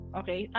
okay